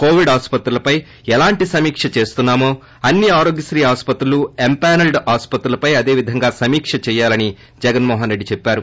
Covid ఆస్సత్రుపై ఎలాంటి సమీక్ష చేస్తున్నామో అన్ని ఆరోగ్యశ్రీ ఆస్సత్రులు ఎంపానల్డ్ ఆస్సత్రులపై అదే విధంగా సమీక చేయాలని ముఖ్యమంత్రి జగన్మోహన్ రెడ్డి చెప్పారు